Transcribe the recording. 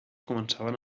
començaven